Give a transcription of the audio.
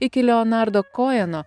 iki leonardo kojeno